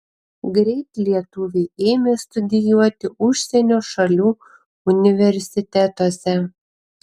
greit lietuviai ėmė studijuoti užsienio šalių universitetuose